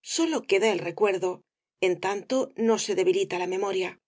sólo queda el recuerdo en tanto no se debilita la memoria